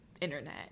internet